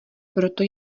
proto